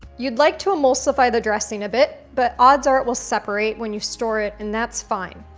you'd like to emulsify the dressing a bit, but odds are, are, it will separate when you store it and that's fine.